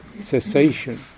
cessation